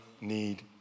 need